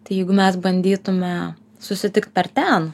tai jeigu mes bandytume susitikt per ten